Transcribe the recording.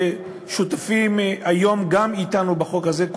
ששותפים גם היום אתנו בחוק הזה,